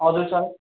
हजुर सर